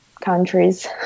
countries